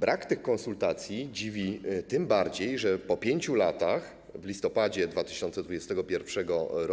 Brak tych konsultacji dziwi tym bardziej, że po 5 latach, w listopadzie 2021 r.